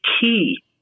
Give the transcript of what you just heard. key